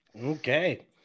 Okay